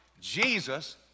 Jesus